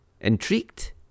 Intrigued